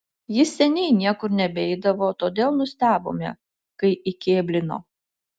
jis seniai niekur nebeidavo todėl nustebome kai įkėblino